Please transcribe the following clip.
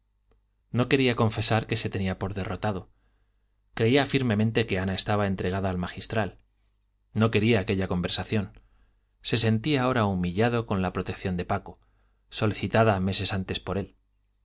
no quería confesar que se tenía por derrotado creía firmemente que ana estaba entregada al magistral no quería aquella conversación se sentía ahora humillado con la protección de paco solicitada meses antes por él